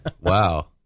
Wow